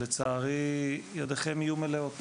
לצערי, ידיכם תהיינה מלאות